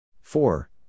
four